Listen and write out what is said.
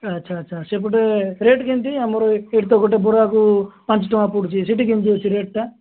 ଆଚ୍ଛା ଆଚ୍ଛା ସେପଟେ ରେଟ୍ କେମିତି ଆମର ଏଠି ତ ଗୋଟେ ବରାକୁ ପାଞ୍ଚ ଟଙ୍କା ପଡ଼ୁଛି ସେଠି କେମିତି ଅଛି ରେଟ୍ଟା